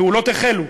הפעולות החלו.